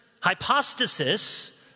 hypostasis